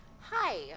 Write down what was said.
Hi